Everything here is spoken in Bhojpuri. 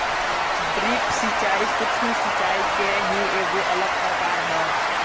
ड्रिप सिंचाई, सूक्ष्म सिचाई के ही एगो अलग प्रकार ह